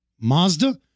Mazda